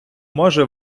може